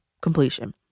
completion